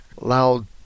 loud